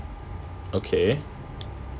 okay